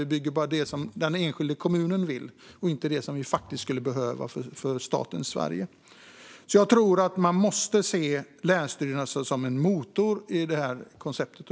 Vi bygger bara det som den enskilda kommunen vill och inte det som vi faktiskt skulle behöva för staten Sverige. Jag tror att man måste se länsstyrelserna som en motor i detta koncept.